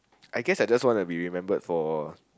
I guess I just wanna be remembered for